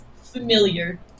familiar